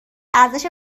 ارزش